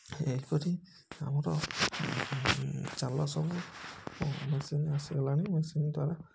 ଏପରି ଆମର ଜାଲ ସବୁ ମେସିନ୍ ଆସିଗଲାଣି ମେସିନ୍ ଦ୍ୱାରା